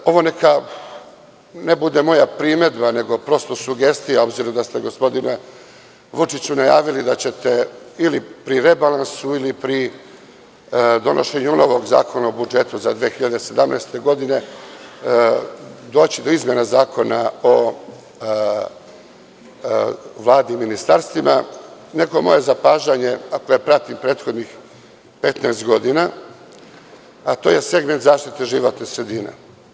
Ovo neka ne bude moja primedba, nego prosto sugestija, a obzirom da ste, gospodine Vučiću, najavili da ćete ili pri rebalansu ili pri donošenju novog Zakona o budžetu za 2017. godinu doći do izmene Zakona o Vladi i Ministarstvima, neko moje zapažanje ako ja pratim prethodnih 15 godina, a to je segment zaštite životne sredine.